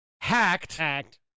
hacked